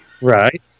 Right